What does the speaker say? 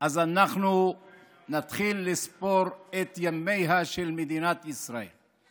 אז אנחנו נתחיל לספור את ימיה של מדינת ישראל.